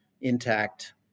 intact